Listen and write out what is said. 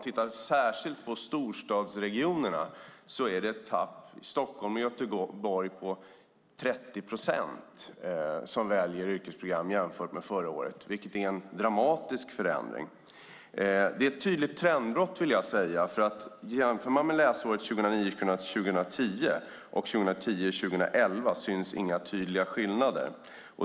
Tittar man särskilt på storstadsregionerna ser man ett tapp i Stockholm och Göteborg på 30 procent jämfört med förra året, vilket är en dramatisk förändring. Det är ett tydligt trendbrott, för jämför man med läsåret 2009 11 syns inga tydliga skillnader.